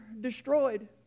destroyed